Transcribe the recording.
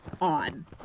on